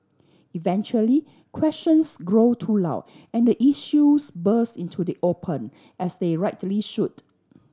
eventually questions grow too loud and the issues burst into the open as they rightly should